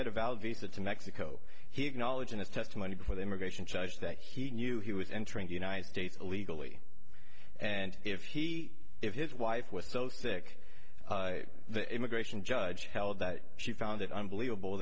had a valid visa to mexico he acknowledged in his testimony before the immigration judge that he knew he was entering the united states illegally and if he if his wife was so sick the immigration judge held that she found it unbelievable